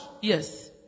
Yes